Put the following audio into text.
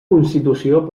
constitució